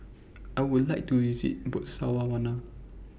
I Would like to visit Botswana